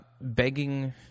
begging